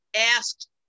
asked